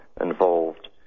involved